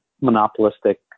monopolistic